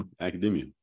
academia